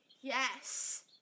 Yes